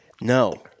no